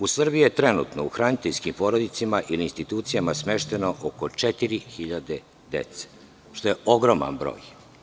U Srbiji je trenutno u hraniteljskim porodicama ili institucijama smešteno oko 4.000 dece, što je ogroman broj.